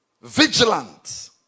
vigilant